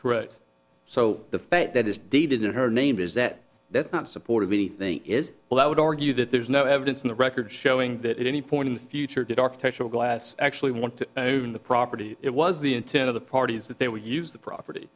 correct so the fact that it's dated in her name is that that's not supported anything is well i would argue that there is no evidence in the records showing that any point in the future did architectural glass actually want to move in the property it was the intent of the parties that they would use the property